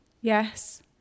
yes